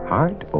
Heart